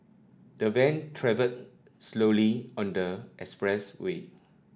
the van travelled slowly on the expressway